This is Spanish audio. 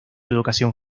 educación